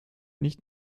nicht